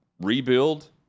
rebuild